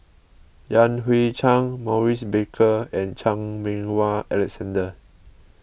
Yan Hui Chang Maurice Baker and Chan Meng Wah Alexander